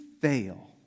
fail